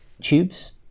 tubes